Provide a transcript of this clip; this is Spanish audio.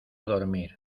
dormir